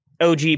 OG